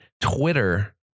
Twitter